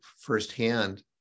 firsthand